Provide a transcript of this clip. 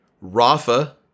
Rafa